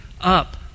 up